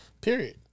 Period